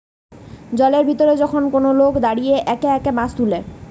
জলের ভিতরে যখন কোন লোক দাঁড়িয়ে একে একে মাছ তুলে